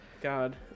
God